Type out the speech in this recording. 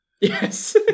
Yes